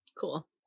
Cool